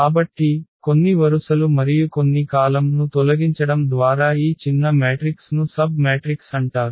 కాబట్టి కొన్ని వరుసలు మరియు కొన్ని కాలమ్ ను తొలగించడం ద్వారా ఈ చిన్న మ్యాట్రిక్స్ ను సబ్ మ్యాట్రిక్స్ అంటారు